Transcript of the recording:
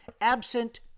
absent